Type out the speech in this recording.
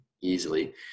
easily